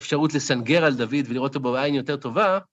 אפשרות לסנגר על דוד ולראות אותו בעין יותר טובה.